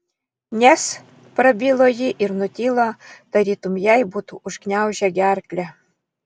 nes prabilo ji ir nutilo tarytum jai būtų užgniaužę gerklę